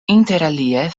interalie